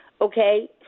okay